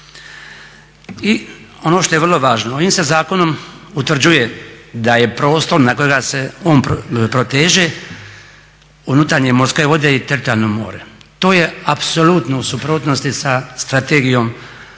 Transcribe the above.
I ono što je vrlo važno, ovim se zakonom utvrđuje da je prostor na kojega se on proteže unutarnje morske vode i teritorijalno more. To je apsolutno u suprotnosti sa Strategijom